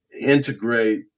integrate